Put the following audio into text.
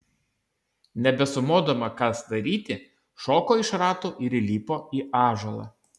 nebesumodama kas daryti šoko iš ratų ir įlipo į ąžuolą